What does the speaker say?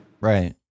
Right